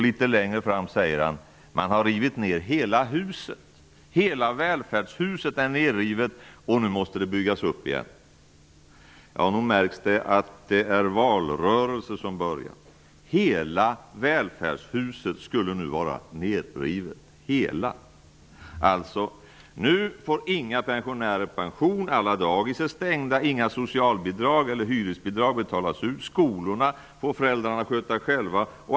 Vidare säger han: ''Man har rivit ner hela huset, hela välfärdshuset är nerrivet och nu måste det byggas upp igen.'' Nog märks det att valrörelsen har börjat. Hela välfärdshuset skulle nu vara nedrivet. Hela? Alltså: Nu får inga pensionärer pension. Alla dagis är stängda. Inga socialbidrag eller hyresbidrag betalas ut. Skolorna får föräldrarna sköta själva.